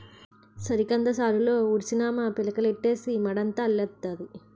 సారికంద సాలులో ఉడిసినాము పిలకలెట్టీసి మడంతా అల్లెత్తాది